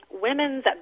women's